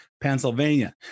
Pennsylvania